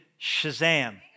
Shazam